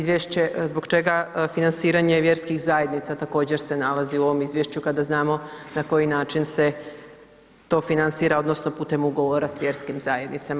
Zbog čega financiranje vjerskih zajednica također se nalazi u ovom izvješću kada znamo na koji način se to financira odnosno putem ugovora s vjerskim zajednicama?